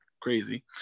crazy